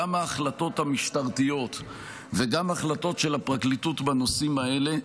גם ההחלטות המשטרתיות וגם החלטות של הפרקליטות בנושאים האלה,